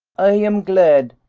am glad.